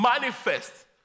manifest